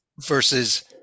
versus